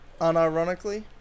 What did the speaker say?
unironically